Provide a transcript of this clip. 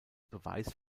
beweis